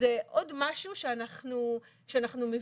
זה עוד משהו שאנחנו מבינים אותו.